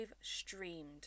streamed